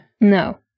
No